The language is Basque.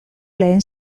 lehen